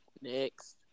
Next